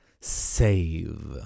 save